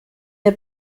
der